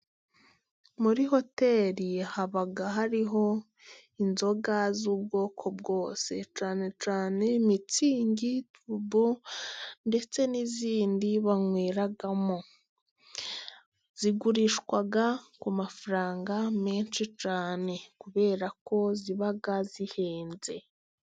Muri hoteri haba hariho inzoga z'ubwoko bwose, cyane cyane mitsingi turubo ndetse n'izindi banweramo, zigurishwa ku mafaranga menshi cyane kubera ko ziba zihenze.